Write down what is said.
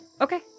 Okay